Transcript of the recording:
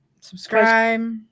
Subscribe